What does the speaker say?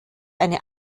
eine